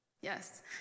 Yes